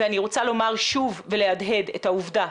אני רוצה לומר שוב ולהדהד את העובדה